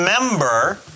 remember